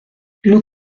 nous